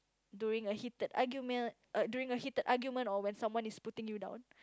during a heated argument err during a heated argument or when someone is putting you down